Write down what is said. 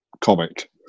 comic